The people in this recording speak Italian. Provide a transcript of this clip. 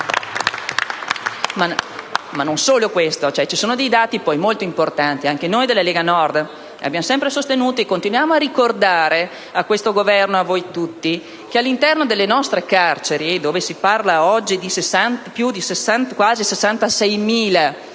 Ma non solo questo, ci sono dati molto importanti. Anche noi della Lega Nord abbiamo sempre sostenuto e continuiamo a ricordare a questo Governo e a voi tutti che all'interno delle nostre carceri, dove oggi sono presenti quasi 66.000 detenuti,